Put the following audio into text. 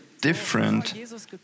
different